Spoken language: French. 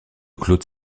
claude